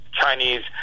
Chinese